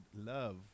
love